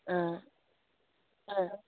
ꯑꯥ ꯑꯥ